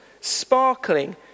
sparkling